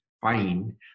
fine